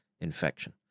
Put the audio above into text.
infection